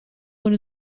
con